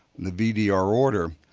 the bdr order.